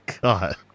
God